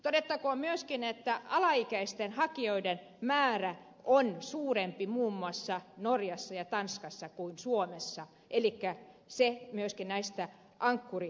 todettakoon myöskin että alaikäisten hakijoiden määrä on suurempi muun muassa norjassa ja tanskassa kuin suomessa elikkä se myöskin näistä ankkurilapsista